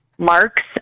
marks